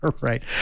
Right